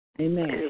Amen